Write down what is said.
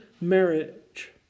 marriage